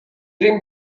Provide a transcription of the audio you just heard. ریم